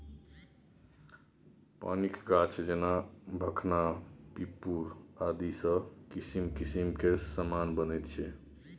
पानिक गाछ जेना भखना पिपुर आदिसँ किसिम किसिम केर समान बनैत छै